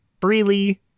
freely